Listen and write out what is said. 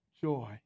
Joy